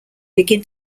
begin